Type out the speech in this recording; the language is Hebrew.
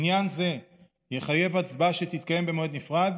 עניין זה יחייב הצבעה, שתתקיים במועד נפרד,